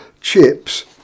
Chips